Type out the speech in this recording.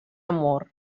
amor